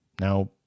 Now